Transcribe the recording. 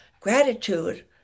gratitude